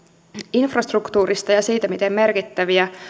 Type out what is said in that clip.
infrastruktuurista ja siitä miten merkittäviä